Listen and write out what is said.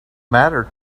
mattered